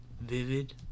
vivid